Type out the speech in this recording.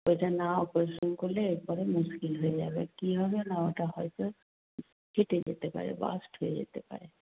ওটা না অপারেশান করলে এর পরে মুশকিল হয়ে যাবে কি হবে না ওটা হয়তো ফেটে যেতে পারে বার্স্ট হয়ে যেতে পারে